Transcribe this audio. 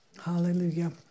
Hallelujah